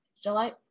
July